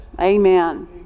Amen